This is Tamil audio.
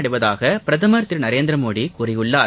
அடைவதாக பிரதமர் திரு நரேந்திர மோடி கூறியுள்ளார்